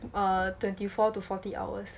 err twenty-four to forty hours